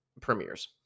premieres